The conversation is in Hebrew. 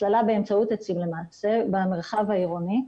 הצללה באמצעות עצים במרחב העירוני.